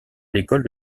l’école